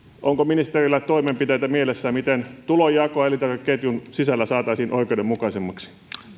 onko ministerillä mielessään toimenpiteitä miten tulonjako elintarvikeketjun sisällä saataisiin oikeudenmukaisemmaksi